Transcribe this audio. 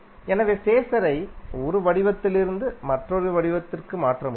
எனவே ஃபேஸரை ஒரு வடிவத்திலிருந்து மற்ற வடிவத்திற்கு மாற்ற முடியும்